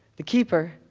the keeper,